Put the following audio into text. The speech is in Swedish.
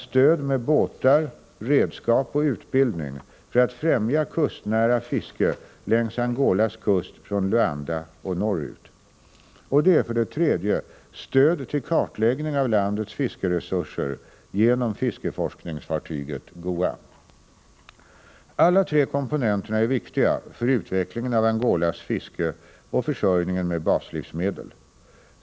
Stöd med båtar, redskap och utbildning för att främja kustnära fiske längs Angolas kust från Luanda och norrut. Alla tre komponenterna är viktiga för utvecklingen av Angolas fiske och försörjningen med baslivsmedel.